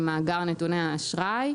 עם מאגר נתוני האשראי,